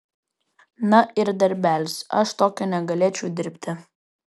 na ir darbelis aš tokio negalėčiau dirbti